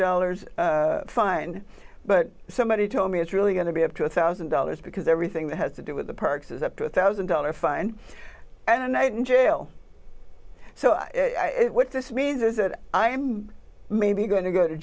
dollars fine but somebody told me it's really going to be up to a one thousand dollars because everything that has to do with the parks is up to a one thousand dollars fine and a night in jail so what this means is that i'm maybe going to go to